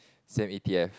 same e_t_f